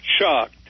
shocked